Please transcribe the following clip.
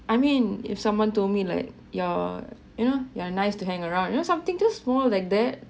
I mean if someone told me like your you know you're nice to hang around you know something just small like that